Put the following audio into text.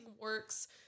works